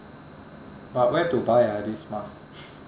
but where to buy ah this mask